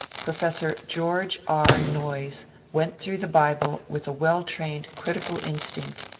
professor george r. noyes went through the bible with a well-trained critical instinct,